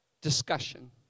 discussion